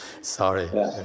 sorry